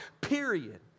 Period